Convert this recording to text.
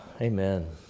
Amen